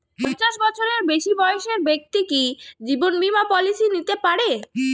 পঞ্চাশ বছরের বেশি বয়সের ব্যক্তি কি জীবন বীমা পলিসি নিতে পারে?